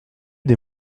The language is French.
des